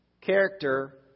Character